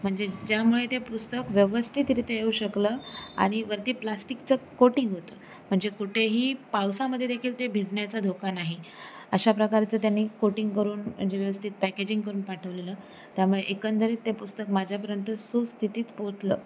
म्हणजे ज्यामुळे ते पुस्तक व्यवस्थितरीत्या येऊ शकलं आणि वरती प्लास्टिकचं कोटिंग होतं म्हणजे कुठेही पावसामध्ये देखील ते भिजण्याचा धोका नाही अशा प्रकारचं त्यांनी कोटिंग करून म्हणजे व्यवस्थित पॅकेजिंग करून पाठवलेलं त्यामुळे एकंदरीत ते पुस्तक माझ्यापर्यंत सुस्थितीत पोचलं